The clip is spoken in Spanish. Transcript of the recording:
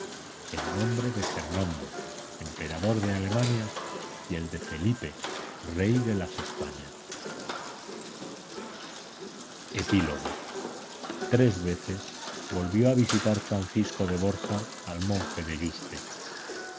el nombre de fernando emperador de alemania y el de felipe rey de las españas epílogo tres veces volvió a visitar francisco de borja al monje de yuste